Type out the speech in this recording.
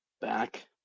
back